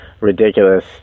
ridiculous